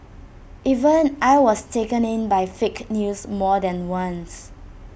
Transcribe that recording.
even I was taken in by fake news more than once